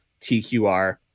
TQR